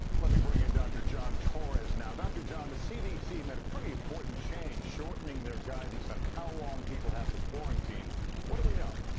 let me bring in dr. john torres now. dr. john, the cdc made a pretty important change shortening their guidance on how long people have to quarantine what do we know?